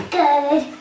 good